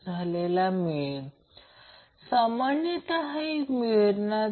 आता जेव्हा मग्नित्यूड घ्याल तेव्हा पूर्ण घ्याल